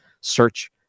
search